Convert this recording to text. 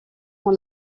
dans